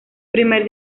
primer